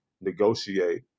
negotiate